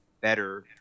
better